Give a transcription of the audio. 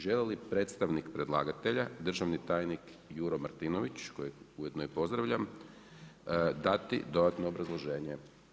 Želi li predstavnik predlagatelja državni tajnik Juro Martinović kojeg ujedno i pozdravljam dati dodatno obrazloženje?